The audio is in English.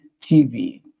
TV